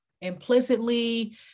implicitly